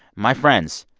my friends,